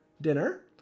dinner